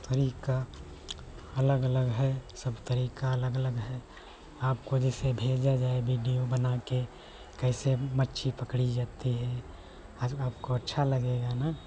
तरीका अलग अलग है सब तरीका अलग अलग है आपको जैसे भेजा जाए वीडियो बनाकर कैसे मछली पकड़ी जाती है अब आपको अच्छा लगेगा ना